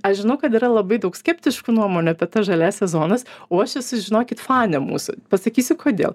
aš žinau kad yra labai daug skeptiškų nuomonių apie tas žaliąsias zonas o aš esu žinokit fanė mūsų pasakysiu kodėl